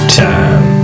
time